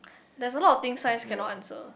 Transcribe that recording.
there's a lot of things science cannot answer